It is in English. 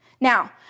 Now